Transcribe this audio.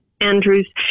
andrews